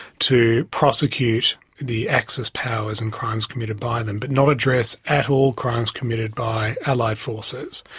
to prosecute the axis powers and crimes committed by them, but not address at all crimes committed by allied forces.